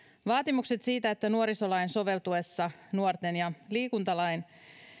vaatimukset siitä että nuorisolain soveltuessa nuorten ja liikuntalain